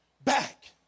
back